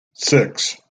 six